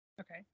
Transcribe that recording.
okay